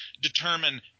determine